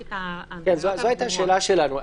כן, זו הייתה השאלה שלנו.